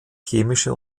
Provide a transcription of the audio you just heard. chemische